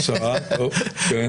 פי עשרה, אוקיי, כן.